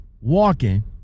walking